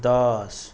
দহ